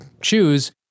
choose